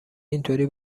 اینطوری